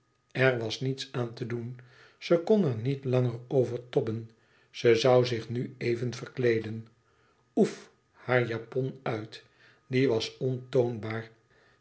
er was niets aan te doen ze kon er niet langer over tobben ze zoû zich nu even verkleeden oef haar japon uit die was ontoonbaar